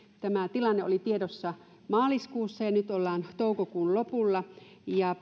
tämä tilanne oli tiedossa maaliskuussa ja nyt ollaan toukokuun lopulla ja